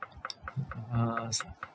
ah